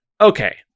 Okay